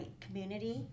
community